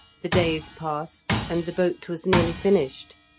the days passed, and the boat was nearly finished.